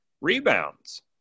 Rebounds